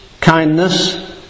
kindness